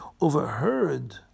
overheard